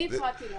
אני הפרעתי לו.